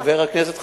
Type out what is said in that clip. חברת הכנסת חנין,